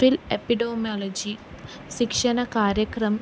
fill epidemiology శిక్షణ కార్యక్రమం